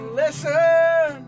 listen